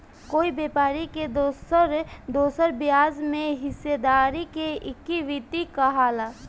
कोई व्यापारी के दोसर दोसर ब्याज में हिस्सेदारी के इक्विटी कहाला